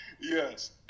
Yes